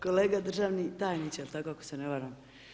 Kolega državni tajniče, jel tako, ako se ne varam?